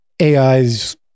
ai's